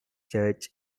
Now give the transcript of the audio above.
church